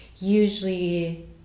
usually